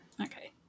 Okay